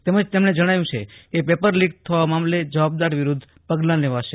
તેમજ તેમણે જણાવ્યું છે કે પેપર લીક થવા મામલે જવાબદાર વિરુદ્ધ પગલાં લેવાશે